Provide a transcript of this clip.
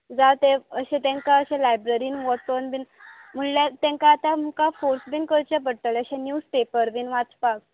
जावं ते अशें तांकां अशें लायब्ररीरीन वचून म्हणल्यार तांकां आतां मुखार फोर्स बी करचे पडटलें अशें न्यूज पेपर बी वाचपाक